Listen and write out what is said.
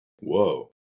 Whoa